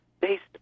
based